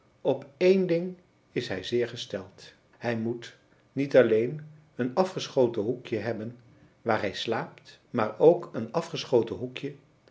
op één ding is hij zeer gesteld hij moet niet alleen een afgeschoten hoekje hebben waar hij slaapt maar ook een afgeschoten hoekje